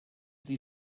sie